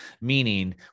Meaning